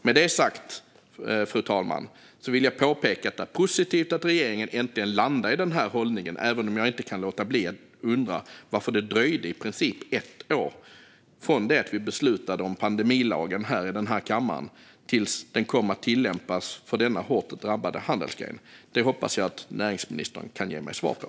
Med det sagt, fru talman, vill jag påpeka att det är positivt att regeringen äntligen landade i denna hållning även om jag inte kan låta bli att undra varför det dröjde i princip ett år från det att vi beslutade om pandemilagen här i denna kammare tills den kom att tillämpas för denna hårt drabbade handelsgren. Detta hoppas jag att näringsministern kan ge mig svar på.